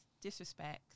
disrespect